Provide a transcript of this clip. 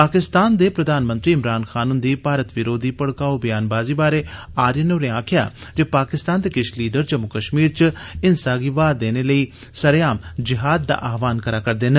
पाकिस्तान दे प्रधानमंत्री इमरान खान हन्दी भारत विरोधी भड़काउ ब्यान बाजी बारै आर्यण होरें आक्खेया जे पाकिस्तान दे किश लीडर जम्मू कश्मीर च हिंसा गी हवा देने लेई सरेआम जिहाद दा आहवान करा रदे न